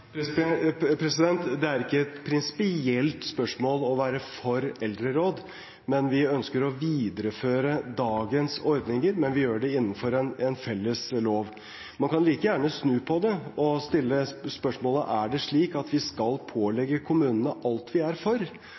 er ikke et prinsipielt spørsmål å være for eldreråd. Vi ønsker å videreføre dagens ordninger, men vi gjør det innenfor en felles lov. Man kan like gjerne snu på det og stille spørsmålet: Er det slik at vi skal pålegge kommunene alt vi er for?